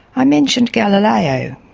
i mentioned galileo,